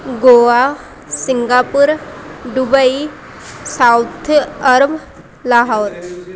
Goa Singapore Dubai South Arab Lahore